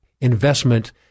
investment